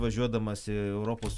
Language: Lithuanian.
važiuodamas į europos